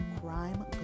crime